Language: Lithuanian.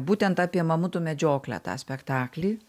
būtent apie mamutų medžioklę tą spektaklį